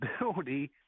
ability